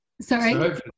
Sorry